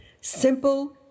Simple